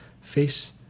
face